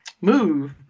move